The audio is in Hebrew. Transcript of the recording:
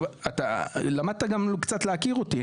למדת להכיר אותי,